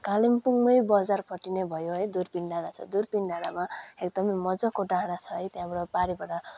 कालिम्पोङमै बजारपट्टि नै भयो है दुर्पिन डाँडा छ दुर्पिन डाँडामा एकदमै मज्जाको डाँडा छ है त्यहाँबाट पारिबाट